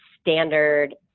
standard